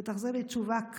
ותחזיר לי תשובה כמקובל.